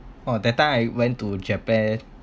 oh that time I went to japan